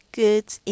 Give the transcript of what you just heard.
goods